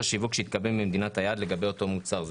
שיווק שהתקבל ממדינת היעד לגבי אותו מוצר,